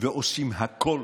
ועושים הכול